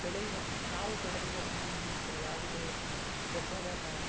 ಬೆಳೆಯುವ ನಾವು ಬೆಳೆಯುವ ಹಣ್ಣಿನಿಂದ ಯಾವುದೇ ಗೊಬ್ಬರದ